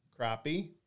crappie